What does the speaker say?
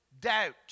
doubt